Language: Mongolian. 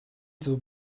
зөв